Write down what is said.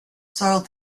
soiled